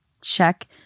check